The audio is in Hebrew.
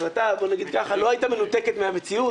שההחלטה לא הייתה מנותקת מהמציאות.